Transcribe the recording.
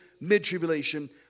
mid-tribulation